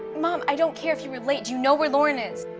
mom, i don't care if you were late. do you know where lauren is?